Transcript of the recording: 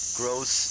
grows